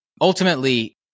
Ultimately